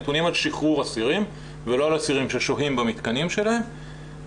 נתונים על שחררו אסירים ולא על אסירים ששוהים במתקנים שלהם.